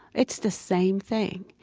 it's the same thing.